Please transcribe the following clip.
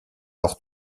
leur